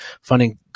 funding